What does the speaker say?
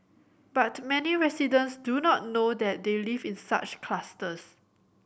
but many residents do not know that they live in such clusters